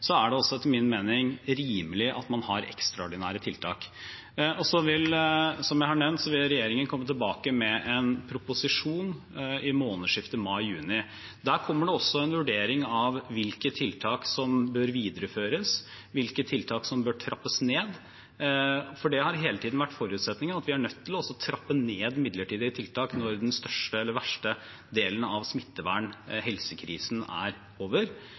Så er det også etter min mening rimelig at man har ekstraordinære tiltak. Som jeg har nevnt, vil regjeringen komme tilbake med en proposisjon i månedsskiftet mai/juni. Der kommer det også en vurdering av hvilke tiltak som bør videreføres, og hvilke tiltak som bør trappes ned, for det har hele tiden vært forutsetningen at vi er nødt til å trappe ned midlertidige tiltak når den største eller verste delen av smittevernkrisen og helsekrisen er over.